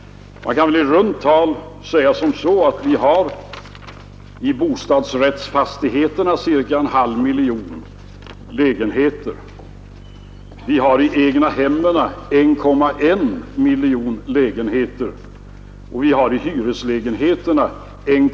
Det finns i runda tal 1/2 miljon lägenheter i bostadsrättsfastigheterna, 1,1 miljoner lägenheter i egnahemmen och 1,3 miljoner lägenheter i hyresfastigheterna.